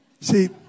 See